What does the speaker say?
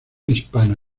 hispano